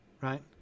Right